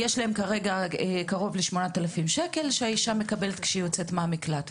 יש להן כרגע קרוב ל-8,000 שקל שהאישה מקבלת כאשר היא יוצאת מן המקלט.